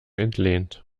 entlehnt